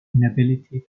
inability